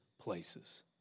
places